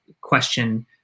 question